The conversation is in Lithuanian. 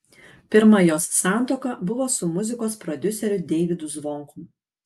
pirma jos santuoka buvo su muzikos prodiuseriu deivydu zvonkum